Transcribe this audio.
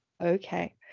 Okay